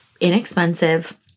inexpensive